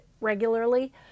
regularly